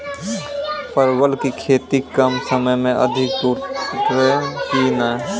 परवल की खेती कम समय मे अधिक टूटते की ने?